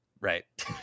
right